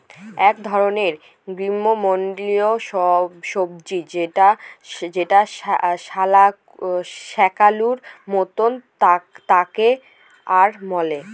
এক ধরনের গ্রীস্মমন্ডলীয় সবজি যেটা শাকালুর মত তাকে য়াম বলে